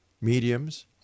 mediums